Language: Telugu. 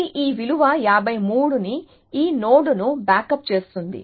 ఇది ఈ విలువ 53 ని ఈ నోడ్కు బ్యాకప్ చేస్తుంది